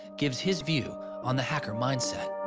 gives his view on the hacker mindset.